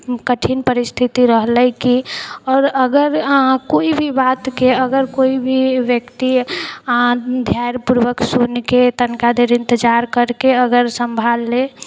कठिन परिस्थिति रहलै की आओर अगर अहाँ कोइ भी बातके अगर केओ भी व्यक्ति धैर्यपूर्वक सुनिके तनिका देर इंतजार करके अगर सम्भाल ले